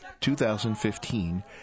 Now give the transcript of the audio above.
2015